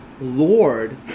Lord